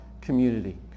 community